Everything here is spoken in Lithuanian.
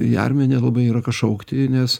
į armiją nelabai yra ką šaukti nes